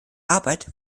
arbeit